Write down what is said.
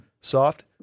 Soft